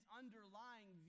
underlying